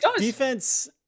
defense